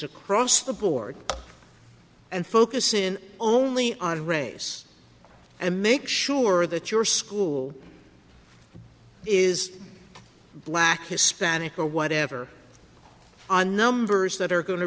across the board and focus in only on race and make sure that your school is black hispanic or whatever the numbers that are going to